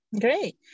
Great